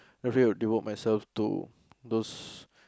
definitely would devote myself to those